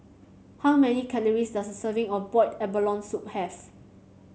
how many calories does a serving of Boiled Abalone Soup have